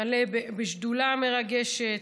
מלא בישיבת שדולה מרגשת.